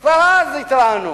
כבר אז התרענו